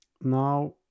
Now